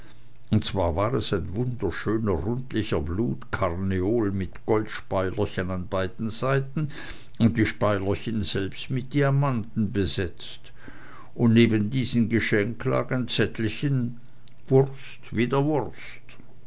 und zwar war es ein wunderschöner rundlicher blutkarneol mit goldspeilerchen an beiden seiten und die speilerchen selbst mit diamanten besetzt und neben diesem geschenk lag ein zettelchen wurst wider wurst